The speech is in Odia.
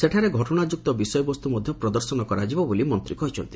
ସେଠାରେ ଘଟଣା ଯୁକ୍ତ ବିଷୟବସ୍ତୁ ମଧ୍ୟ ପ୍ରଦର୍ଶନ କରାଯିବ ବୋଲି ମନ୍ତ୍ରୀ କହିଛନ୍ତି